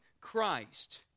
Christ